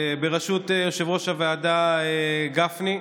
בראשות יושב-ראש הוועדה גפני,